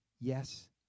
yes